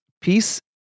peace